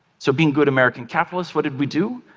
so being good american capitalists, what did we do?